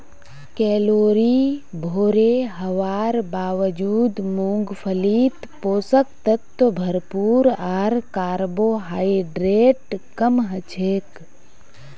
calorie भोरे हवार बावजूद मूंगफलीत पोषक तत्व भरपूर आर कार्बोहाइड्रेट कम हछेक